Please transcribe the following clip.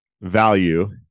value